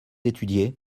étudiez